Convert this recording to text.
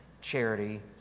charity